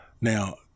now